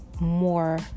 more